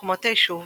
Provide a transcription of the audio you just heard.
מקומות היישוב